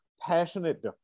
passionate